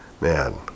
Man